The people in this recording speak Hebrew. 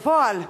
בפועל,